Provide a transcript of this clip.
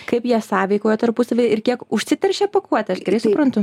kaip jie sąveikauja tarpusavy ir kiek užsiteršia pakuotės gerai suprantu